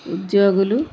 ఉద్యోగులు